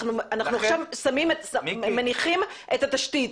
אנחנו עכשיו מניחים את התשתית.